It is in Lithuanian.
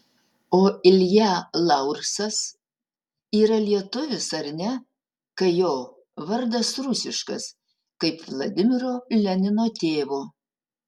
o ilja laursas yra lietuvis ar ne kai jo vardas rusiškas kaip vladimiro lenino tėvo